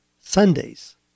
Sundays